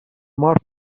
مار